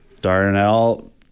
Darnell